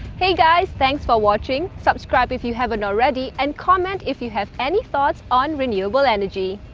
hey guys, thanks for watching. subscribe if you haven't already and comment if you have any thoughts on renewable energy.